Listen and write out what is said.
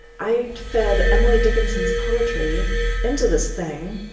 i fed emily dickinson's poetry into this thing,